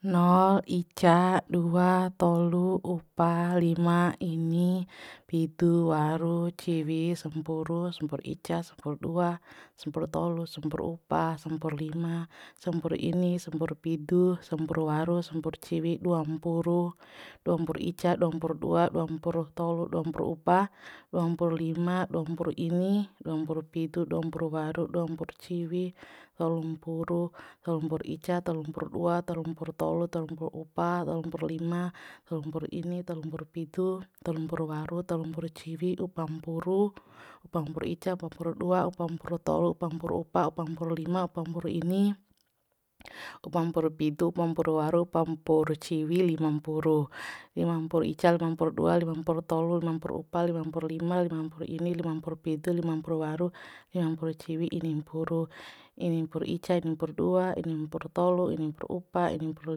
Nol ica dua tolu upa lima ini pidu waru ciwi sampuru sampur ica sampur dua sampur tolu sampur upa sampur lima sampur ini sampur pidu sampur waru sampur ciwi duampuru duampuru ica duampuru dua duampuru tolu duampuru upa duampuru lima duampuru ini duampuru pidu duampuru waru duampuru ciwi tolu mpuru tolu mpuru ica tolu mpuru dua tolu mpuru tolu tolu mpuru upa tolu mpuru lima tolu mpuru ini tolu mpuru pidu tolu mpuru waru tolu mpuru ciwi upampuru upampuru ica upampuru dua upampuru tolu upampuru upa upampuru lima upampuru ini upampuru pidu upampuru waru upampuru ciwi lima mpuru lima mpuru ica lima mpuru dua lima mpuru tolu lima mpuru upa lima mpuru lima lima mpuru ini lima mpuru pidu lima mpuru waru lima mpuru ciwi ini mpuru ini mpuru ica ini mpur dua ini mpur tolu ini mpur upa ini mpur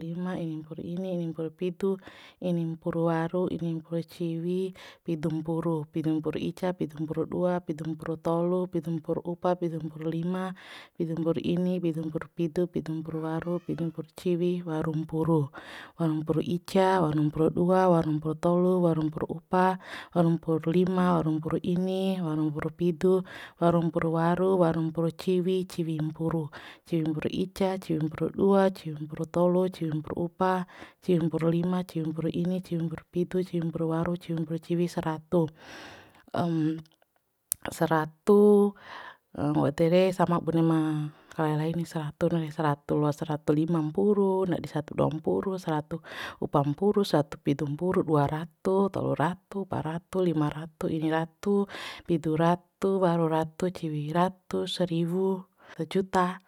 lima ini mpur ini ini mpur pidu ini mpuru war ini mpuru ciwi pidu mpuru pidu mpur ica pidu mpur dua pidu mpur tolu pidu mpur upa pidu mpur lima pidu mpur ini pidu mpur pidu pidu mpur waru pidu mpur ciwi waru mpuru waru mpur ica waru mpur dua waru mpur tolu waru mpur upa waru mpur lima waru mpur ini waru mpur pidu waru mpuru waru waru mpur ciwi ciwi mpuru ciwi mpur ica ciwi mpur dua ciwi mpur tolu ciwi mpur upa ciwi mpur lima ciwi mpur ini ciwi mpur pidu ciwi mpur waru ciwi mpur ciwi saratu saratu nggo ede re sama bune ma kalai lai ni saratu saratu loa saratu lima mpuru ndadi saratu dua mpuru saratu upa mpuru saratu pidu mpuru dua ratu tolu ratu upa ratu lima ratu ini ratu pidu ratu waru ratu ciwi ratu sariwu sajuta